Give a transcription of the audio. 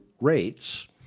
rates